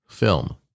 Film